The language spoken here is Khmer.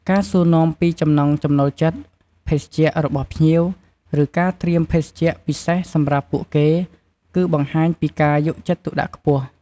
ការសួរនាំពីចំណង់ចំណូលចិត្តភេសជ្ជៈរបស់ភ្ញៀវ ឬការត្រៀមភេសជ្ជៈពិសេសសម្រាប់ពួកគេ គឺបង្ហាញពីការយកចិត្តទុកដាក់ខ្ពស់។